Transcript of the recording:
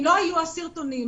אם לא היו הסרטונים האלה,